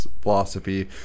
philosophy